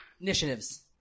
Initiatives